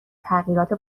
تغییرات